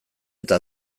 eta